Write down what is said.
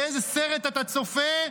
באיזה סרט אתה צופה,